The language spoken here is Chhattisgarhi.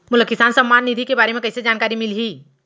मोला किसान सम्मान निधि के बारे म कइसे जानकारी मिलही?